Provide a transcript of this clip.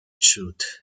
truth